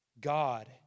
God